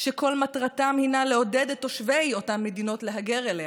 שכל מטרתם הינה לעודד את תושבי אותן מדינות להגר אליה.